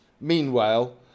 Meanwhile